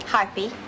Harpy